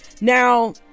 Now